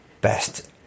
best